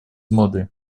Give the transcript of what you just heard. моды